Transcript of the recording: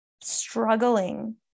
struggling